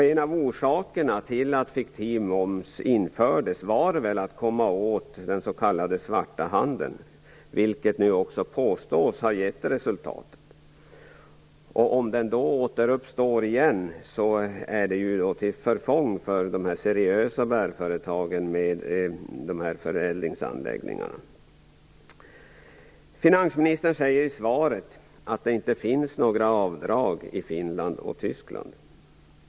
En av orsakerna till att fiktiv moms infördes var väl att komma åt den s.k. svarta handeln, vilket nu också påstås ha givit resultat. Om den återuppstår är det till förfång för de seriösa bärföretagen med förädlingsanläggningar. Finansministern säger i svaret att det inte finns några avdrag i Finland och Tyskland.